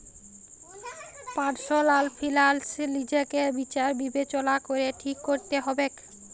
personal ফিলালস লিজেকে বিচার বিবেচলা ক্যরে ঠিক ক্যরতে হবেক